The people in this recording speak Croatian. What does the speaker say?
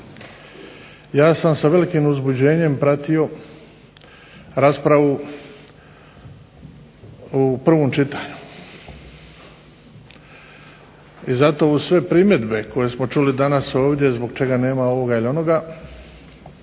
Ja sam sa velikim uzbuđenjem pratio raspravu u prvom čitanju. I zato uz sve primjedbe koje smo čuli danas ovdje zbog čega nema ovoga ili onoga,